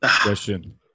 Question